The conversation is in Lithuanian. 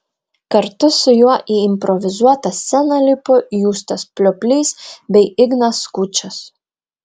kartu su juo į improvizuotą sceną lipo justas plioplys bei ignas skučas